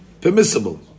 permissible